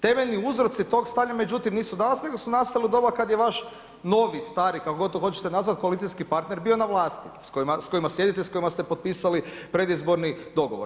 Temeljni uzroci tog stanja međutim nisu danas nego su nastali u doba kada je vaš novi, stari, kako god to hoćete nazvati koalicijski partner bio na vlasti, s kojima sjedite s kojima ste potpisali predizborni dogovor.